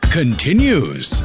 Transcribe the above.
continues